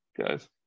guys